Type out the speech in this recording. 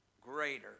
greater